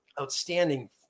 outstanding